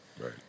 Right